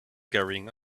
carrying